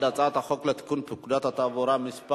התעבורה (מס'